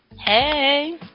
Hey